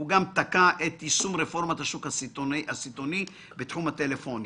הוא גם תקע את יישום רפורמת השוק הסיטונאי בתחום הטלפוניה".